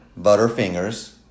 Butterfingers